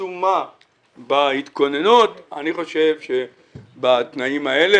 העצומה בהתכוננות אני חושב שבתנאים האלה